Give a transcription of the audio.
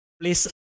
please